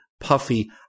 puffy